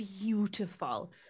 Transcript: beautiful